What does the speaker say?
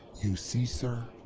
see, sir?